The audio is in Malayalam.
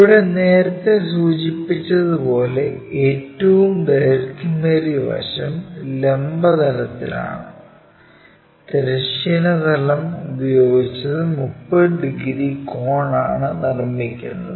ഇവിടെ നേരത്തെ സൂചിപ്പിച്ചതു പോലെ ഏറ്റവും ദൈർഘ്യമേറിയ വശം ലംബ തലത്തിലാണ് തിരശ്ചീന തലം ഉപയോഗിച്ച് 30 ഡിഗ്രി കോണാണ് നിർമ്മിക്കുന്നത്